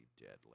deadly